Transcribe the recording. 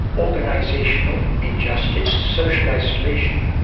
organisational injustice, social isolation,